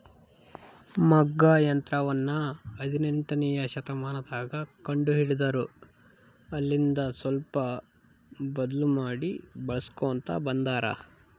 ಮಗ್ಗ ಯಂತ್ರವನ್ನ ಹದಿನೆಂಟನೆಯ ಶತಮಾನದಗ ಕಂಡು ಹಿಡಿದರು ಅಲ್ಲೆಲಿಂದ ಸ್ವಲ್ಪ ಬದ್ಲು ಮಾಡಿ ಬಳಿಸ್ಕೊಂತ ಬಂದಾರ